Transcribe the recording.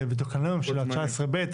זה בתקנה 19(ב),